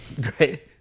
great